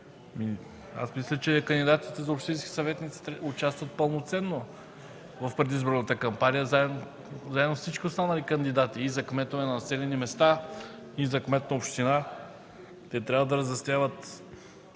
Мисля, че кандидатите за общински съветници участват пълноценно в предизборната кампания, заедно с всички останали кандидати – за кметове на населени места, за кметове на общини. Те трябва да разясняват